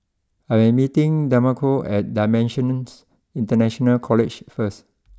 I am meeting Demarco at dimensions International College first